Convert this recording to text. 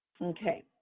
Okay